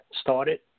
started